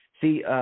See